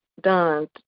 done